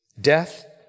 Death